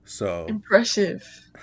Impressive